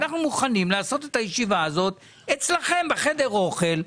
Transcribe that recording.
אנחנו מוכנים לעשות את הישיבה הזאת בחדר האוכל אצלכם.